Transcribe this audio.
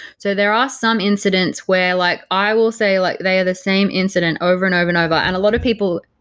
so there are some incidents where like i will say like they are the same incident over and over and over. a lot of people,